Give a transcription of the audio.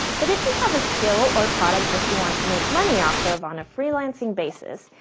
but if you have a skill or product that you want to make money off of on a freelancing basis,